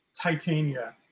titania